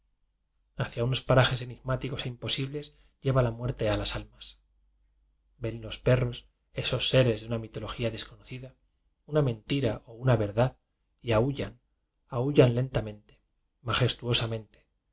hacia unos parajes enigmáticos e imposibles lleva la muerte a las almas ven los perros esos seres de una mitología desconocida una mentira o una verdad y aúllan aúllan len tamente majestuosamente